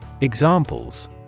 Examples